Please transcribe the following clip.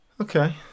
Okay